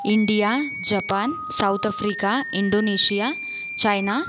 India Japan South Africa Indonesia China